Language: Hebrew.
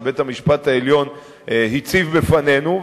שבית-המשפט העליון הציב בפנינו.